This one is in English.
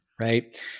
right